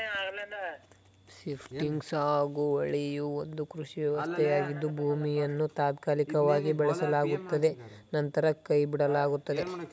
shifting ಸಾಗುವಳಿಯು ಒಂದು ಕೃಷಿ ವ್ಯವಸ್ಥೆಯಾಗಿದ್ದು ಭೂಮಿಯನ್ನು ತಾತ್ಕಾಲಿಕವಾಗಿ ಬೆಳೆಸಲಾಗುತ್ತದೆ ನಂತರ ಕೈಬಿಡಲಾಗುತ್ತದೆ